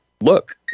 look